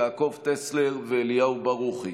יעקב טסלר ואליהו ברוכי.